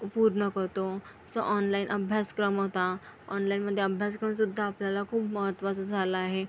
पूर्ण करतो सो ऑनलाईन अभ्यासक्रम होता ऑनलाईनमध्ये अभ्यास करून सुद्धा आपल्याला खूप महत्त्वाचा झाला आहे